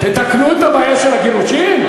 תתקנו את הבעיה של הגירושים?